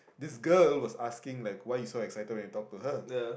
this girl was asking like why you so excited when you talk to her